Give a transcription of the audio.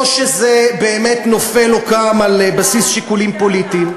או שזה נופל או קם על בסיס שיקולים פוליטיים.